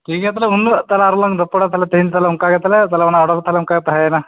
ᱴᱷᱤᱠ ᱜᱮᱭᱟ ᱛᱟᱦᱚᱞᱮ ᱩᱱᱦᱤᱞᱳᱜ ᱟᱨᱚᱞᱟᱝ ᱨᱚᱯᱚᱲᱟ ᱛᱟᱦᱚᱞᱮ ᱛᱤᱦᱤᱧ ᱫᱚ ᱚᱱᱠᱟ ᱜᱮ ᱛᱟᱦᱚᱞᱮ ᱚᱱᱟ ᱳᱰᱟᱨ ᱛᱟᱦᱚᱞᱮ ᱚᱱᱠᱟ ᱛᱟᱦᱮᱸᱭᱮᱱᱟ